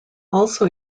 also